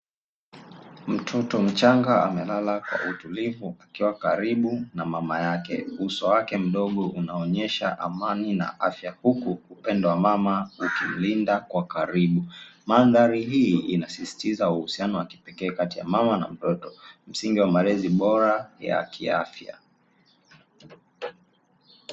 Mtoto mchanga amelala kwa utulivu, akiwa karibu na mama yake, uso wake mdogo unaonyesha amani na afya, huku upendo wa mama ukimlinda kwa karibu, mandhari hii inasisitiza uhusiano wa kipekee kati ya mama na mtoto, msingi wa malezi bora ya kiafya.